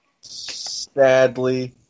Sadly